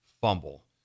fumble